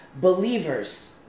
Believers